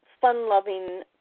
fun-loving